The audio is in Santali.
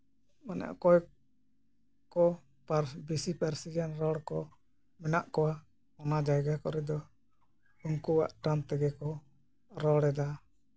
ᱢᱟᱱᱮ ᱚᱠᱚᱭ ᱠᱚ ᱯᱟᱹᱨᱥᱤ ᱵᱮᱥᱤ ᱯᱟᱹᱨᱥᱤᱭᱟᱱ ᱨᱚᱲ ᱠᱚ ᱢᱮᱱᱟᱜ ᱠᱚᱣᱟ ᱚᱱᱟ ᱡᱟᱭᱜᱟ ᱠᱚᱨᱮ ᱫᱚ ᱩᱱᱠᱩᱣᱟᱜ ᱴᱟᱱ ᱛᱮᱜᱮ ᱠᱚ ᱨᱚᱲ ᱮᱫᱟ